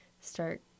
start